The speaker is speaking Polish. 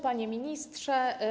Panie Ministrze!